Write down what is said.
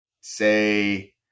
say